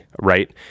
right